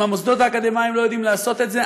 אם המוסדות האקדמיים לא יודעים לעשות את זה,